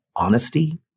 honesty